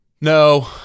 No